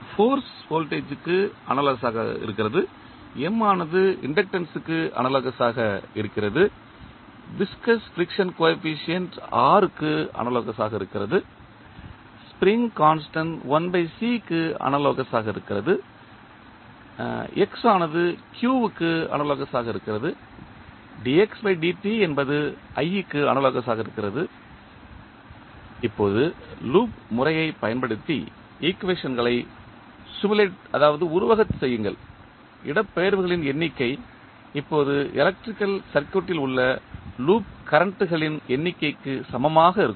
force voltage க்கு analogous ஆக இருக்கிறது M ஆனது இண்டக்டன்ஸ்க்கு அனாலோகஸ் ஆக இருக்கிறது விஸ்கஸ் ஃபிரிக்சன் கோஎபிசியன்ட் R க்கு அனாலோகஸ் ஆக இருக்கிறது ஸ்ப்ரிங் கான்ஸ்டன்ட் 1C க்கு அனாலோகஸ் ஆக இருக்கிறது x ஆனது q க்கு அனாலோகஸ் ஆக இருக்கிறது dxdt என்பது i க்கு அனாலோகஸ் ஆக இருக்கிறது இப்போது லூப் முறையைப் பயன்படுத்தி ஈக்குவேஷன்களை உருவகப்படுத்துங்கள் இடப்பெயர்வுகளின் எண்ணிக்கை இப்போது எலக்ட்ரிக்கல் சர்க்யூட்டில் உள்ள லூப் கரண்ட்களின் எண்ணிக்கைக்கு சமமாக இருக்கும்